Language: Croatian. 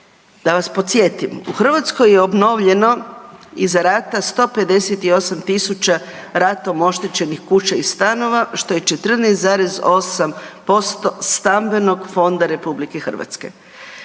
Da vas podsjetim, u Hrvatskoj je obnovljeno iza rata 158.000 ratom oštećenih kuća i stanova, što je 14,8% Stambenog fonda RH. Poslijeratna